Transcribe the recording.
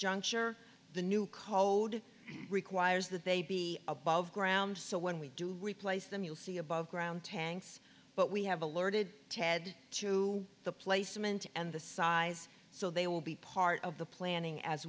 juncture the new code requires that they be above ground so when we do replace them you'll see above ground tanks but we have alerted ted to the placement and the size so they will be part of the planning as